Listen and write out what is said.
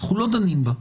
אנחנו לא דנים בה.